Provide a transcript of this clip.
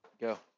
Go